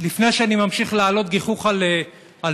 לפני שאני ממשיך לעלות גיחוך על פניך,